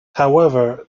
however